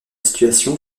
situation